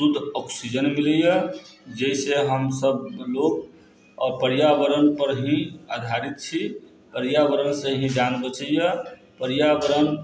शुद्ध ऑक्सीजन मिलैए जाहिसँ हमसब लोक पर्यावरणपर ही आधारित छी पर्यावरणसँ ही जान बचैए पर्यावरणके